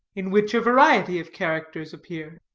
in which a variety of characters appear.